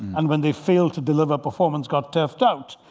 and when they failed to deliver performance got left out.